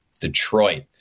Detroit